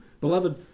Beloved